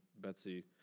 Betsy